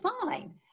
fine